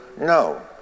no